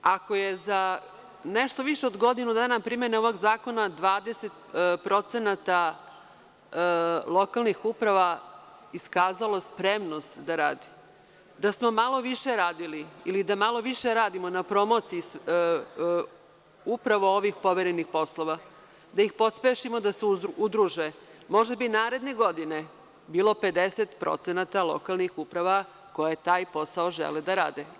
Ako je za nešto više od godinu dana primena ovog zakona 20% lokalnih uprava iskazalo spremnost da radi, da smo malo više radili ili da malo više radimo na promociji upravo ovih poverenih poslova, da ih pospešimo da se udruže, možda bi naredne godine bilo 50% lokalnih uprava koje taj posao žele da rade.